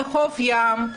בחוף הים,